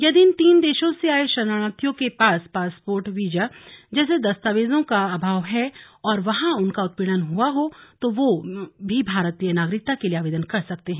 यदि इन तीन देशों से आए शरणार्थियों के पास पासपोर्ट वीजा जैसे दस्तावेजों का अभाव है और वहां उनका उत्पीड़न हुआ हो तो वह भी भारतीय नागरिकता के लिए आवेदन कर सकते हैं